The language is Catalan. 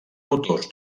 autors